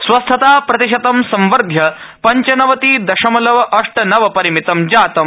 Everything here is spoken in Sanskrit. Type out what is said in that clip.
स्वस्थता प्रतिशतम संवर्ध्य पञ्चनवति दशमलव अष्ट नव परिमितं जातम्